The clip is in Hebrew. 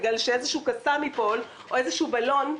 בגלל שאולי איזשהו קסאם ייפול או איזשהו בלון,